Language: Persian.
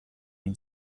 این